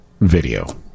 video